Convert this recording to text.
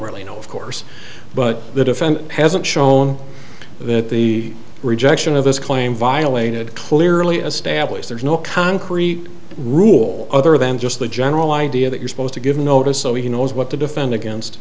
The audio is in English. really know of course but the defense hasn't shown that the rejection of his claim violated clearly established there's no concrete rule other than just the general idea that you're supposed to give notice so he knows what to defend against